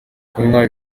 kunywa